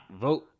vote